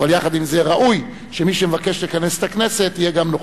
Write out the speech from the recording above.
אבל יחד עם זה ראוי שמי שמבקש לכנס את הכנסת יהיה גם נוכח.